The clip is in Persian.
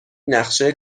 نقشه